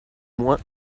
moins